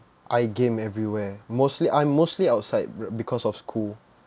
I game everywhere mostly I'm mostly outside because of school